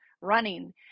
running